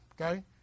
Okay